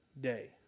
day